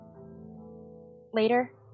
Later